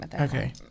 Okay